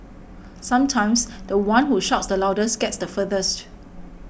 sometimes the one who shouts the loudest gets the furthest